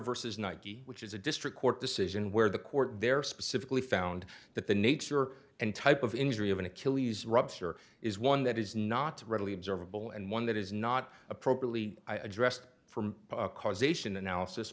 versus nike which is a district court decision where the court there specifically found that the nature and type of injury of an achilles rupture is one that is not readily observable and one that is not appropriately i addressed from causation analysis